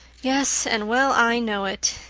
yes, and well i know it,